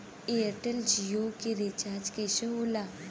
Airtel Jio के recharge कैसे होला?